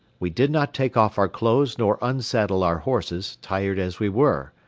we did not take off our clothes nor unsaddle our horses, tired as we were.